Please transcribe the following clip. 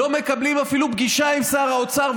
לא מקבלים אפילו פגישה עם שר האוצר,